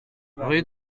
rue